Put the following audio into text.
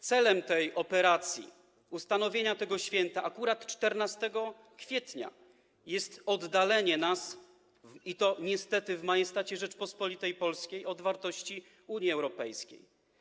Celem tej operacji, ustanowienia tego święta akurat 14 kwietnia, jest oddalenie nas, i to niestety w majestacie Rzeczypospolitej Polskiej, od wartości Unii Europejskiej.